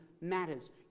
matters